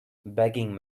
begging